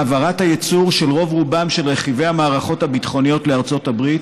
העברת הייצור של רוב-רובם של רכיבי המערכות הביטחוניות לארצות הברית